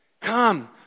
Come